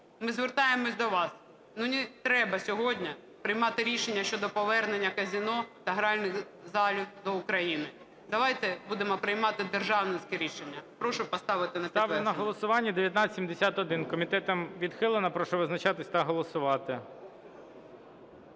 Ми звертаємося до вас, не треба сьогодні приймати рішення щодо повернення казино та гральних залів до України. Давайте будемо приймати державницькі рішення. Прошу поставити на підтвердження. ГОЛОВУЮЧИЙ. Ставлю на голосування 1971, комітетом відхилено. Прошу визначатися та голосувати.